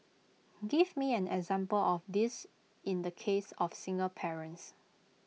give me an example of this in the case of single parents